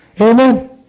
Amen